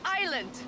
island